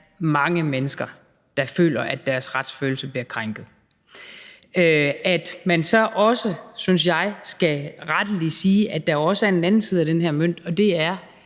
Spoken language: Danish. mange mennesker, der oplever, at deres retsfølelse bliver krænket. Man må så også, synes jeg, rettelig sige, at der også er en anden side af den her mønt, og det er,